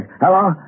Hello